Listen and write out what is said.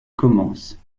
commence